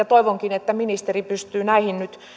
toivonkin että ministeri pystyy nyt